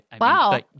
wow